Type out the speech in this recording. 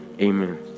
amen